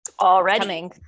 Already